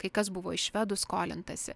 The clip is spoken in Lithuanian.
kai kas buvo iš švedų skolintasi